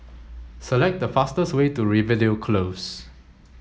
select the fastest way to Rivervale Close